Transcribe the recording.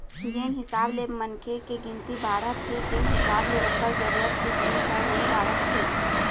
जेन हिसाब ले मनखे के गिनती बाढ़त हे तेन हिसाब ले ओखर जरूरत के जिनिस ह नइ बाढ़त हे